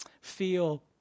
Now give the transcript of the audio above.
feel